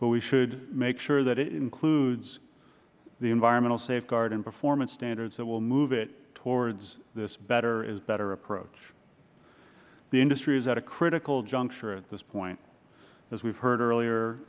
but we should make sure that it includes the environmental safeguards and performance standards that will move it towards this better is better approach the industry is at a critical juncture at this point as we have heard earlier